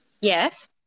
Yes